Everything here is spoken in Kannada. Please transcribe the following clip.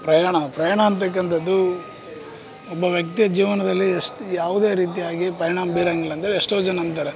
ಪ್ರಯಾಣ ಪ್ರಯಾಣ ಅಂತಕಂಥದ್ದು ಒಬ್ಬ ವ್ಯಕ್ತಿಯ ಜೀವನದಲ್ಲಿ ಎಷ್ಟು ಯಾವುದೇ ರೀತಿಯಾಗಿ ಪರಿಣಾಮ ಬೀರಂಗಿಲ್ಲ ಅಂತೇಳಿ ಎಷ್ಟೋ ಜನ ಅಂತಾರೆ